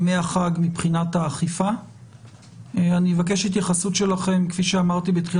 אז בשלושת ימי ההיערכות המשטרה קודם כול בדקה את זה בכל היבטי